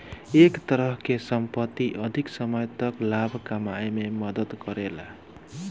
ए तरह के संपत्ति अधिक समय तक लाभ कमाए में मदद करेला